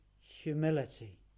humility